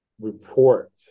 report